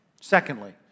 Secondly